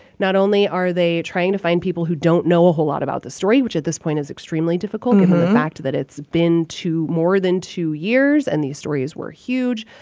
not only are they trying to find people who don't know a whole lot about the story, which at this point is extremely difficult, given the fact that it's been two more than two years, and these stories were huge.